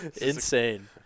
Insane